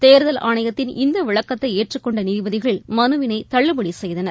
தோதல் ஆணையத்தின் இந்தவிளக்கத்தைஏற்றுக் கொண்டநீதிபதிகள் மறுவினைதள்ளுபடிசெய்தனர்